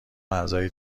اعضای